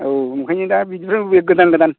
औ औ ओंखायनो दा बिदिनो गोदान गोदान